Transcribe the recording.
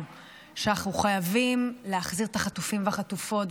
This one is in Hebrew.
שאנחנו חייבים להחזיר את החטופים והחטופות,